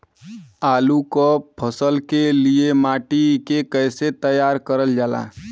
आलू क फसल के लिए माटी के कैसे तैयार करल जाला?